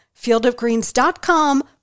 fieldofgreens.com